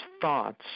thoughts